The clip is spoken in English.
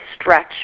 stretch